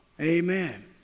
Amen